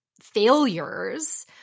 failures